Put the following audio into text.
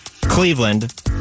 Cleveland